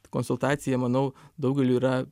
konsultacija manau daugeliui yra